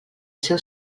seu